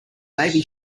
navy